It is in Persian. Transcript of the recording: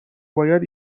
باید